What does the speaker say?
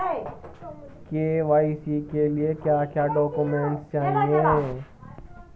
KYC के लिए क्या क्या डॉक्यूमेंट चाहिए?